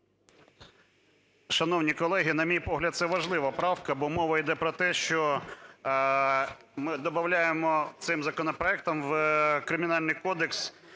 Шановні колеги, на мій погляд, це важлива правка, бо мова йде про те, що ми добавляємо цим законопроектом в Кримінальний кодекс